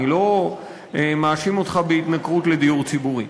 אני לא מאשים אותך בהתנכרות לדיור ציבורי.